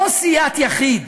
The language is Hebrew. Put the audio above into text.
לא סיעת יחיד,